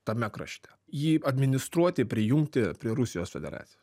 tame krašte jį administruoti prijungti prie rusijos federacijos